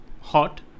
hot